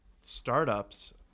startups